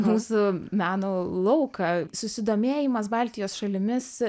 mūsų meno lauką susidomėjimas baltijos šalimis